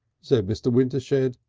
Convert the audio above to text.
said mr. wintershed.